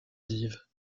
dives